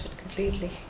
completely